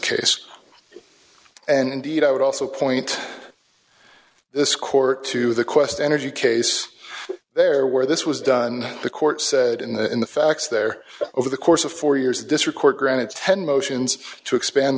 case and indeed i would also point this court to the quest energy case there where this was done the court said in the in the facts there over the course of four years this record granted ten motions to expand